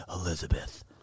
Elizabeth